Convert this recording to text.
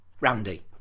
Randy